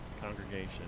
congregation